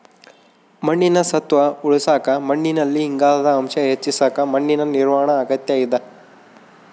ಮಣ್ಣಿನ ಸತ್ವ ಉಳಸಾಕ ಮಣ್ಣಿನಲ್ಲಿ ಇಂಗಾಲದ ಅಂಶ ಹೆಚ್ಚಿಸಕ ಮಣ್ಣಿನ ನಿರ್ವಹಣಾ ಅಗತ್ಯ ಇದ